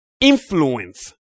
influence